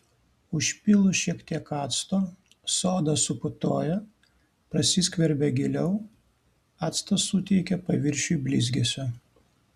užpylus šiek tiek acto soda suputoja prasiskverbia giliau actas suteikia paviršiui blizgesio